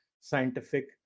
scientific